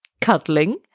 Cuddling